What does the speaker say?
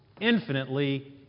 infinitely